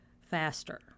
faster